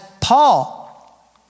Paul